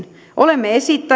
on